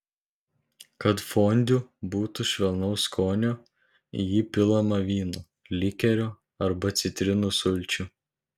kad fondiu būtų švelnaus skonio į jį pilama vyno likerio arba citrinų sulčių